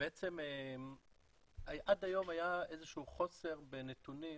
בעצם עד היום היה איזה שהוא חוסר בנתונים